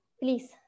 please